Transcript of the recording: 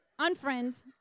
unfriend